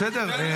בסדר.